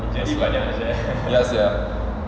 ya sia